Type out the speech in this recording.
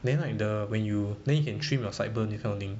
then like the when you then you can trim your side burn this kind of thing